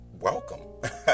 welcome